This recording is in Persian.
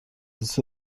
زیست